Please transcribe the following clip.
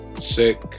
Sick